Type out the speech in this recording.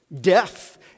Death